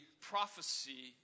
prophecy